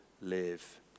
live